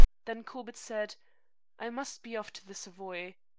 then corbett said i must be off to the savoy.